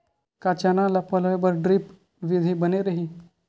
का चना ल पलोय बर ड्रिप विधी बने रही?